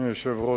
אדוני היושב-ראש,